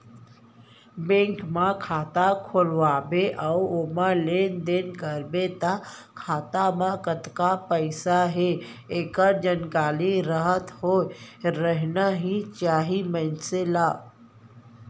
bank म खाता खोलवा बे अउ ओमा लेन देन करबे त खाता म कतका पइसा हे एकर जानकारी राखत होय रहिना चाही मनसे ल